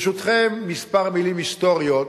ברשותכם, כמה מלים היסטוריות